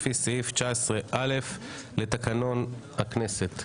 לפי סעיף 19(א) לתקנון הכנסת.